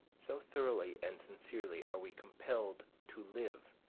so thoroughly and sincerely are we compelled to live,